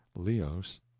leos,